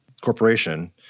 corporation